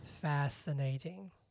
Fascinating